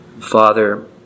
Father